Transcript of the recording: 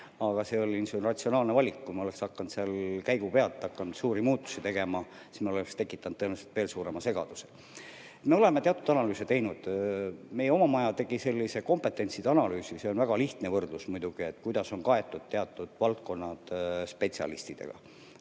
Aga see oli ratsionaalne valik. Kui ma oleksin hakanud käigu pealt suuri muutusi tegema, siis me oleksime tekitanud tõenäoliselt veel suurema segaduse.Me oleme teatud analüüse teinud. Meie oma maja tegi kompetentside analüüsi, see on väga lihtne võrdlus muidugi, kuidas on teatud valdkonnad kaetud spetsialistidega.